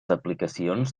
aplicacions